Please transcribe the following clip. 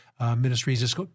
Ministries